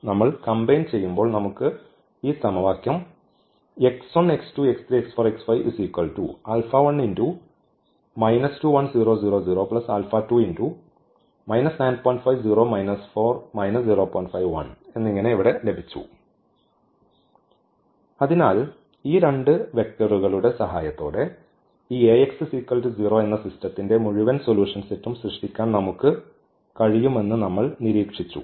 നമ്മൾ കംബൈൻ ചെയ്യുമ്പോൾ നമുക്ക് ഈ സമവാക്യം ഇവിടെ ലഭിച്ചു അതിനാൽ ഈ രണ്ട് വെക്റ്ററുകളുടെ സഹായത്തോടെ ഈ Ax 0 എന്ന സിസ്റ്റത്തിന്റെ മുഴുവൻ സൊലൂഷൻ സെറ്റും സൃഷ്ടിക്കാൻ നമുക്ക് കഴിയുമെന്ന് നമ്മൾ നിരീക്ഷിച്ചു